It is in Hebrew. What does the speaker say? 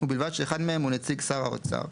ובלבד שאחד מהם הוא נציג שר האוצר,